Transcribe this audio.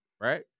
Right